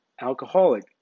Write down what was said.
alcoholic